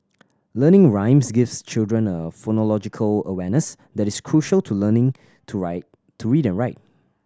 learning rhymes gives children a phonological awareness that is crucial to learning to ride to read and write